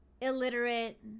illiterate